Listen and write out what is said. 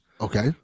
Okay